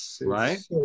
Right